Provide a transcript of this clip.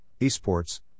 esports